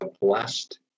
blessed